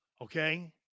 Okay